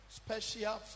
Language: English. special